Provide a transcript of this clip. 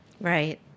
Right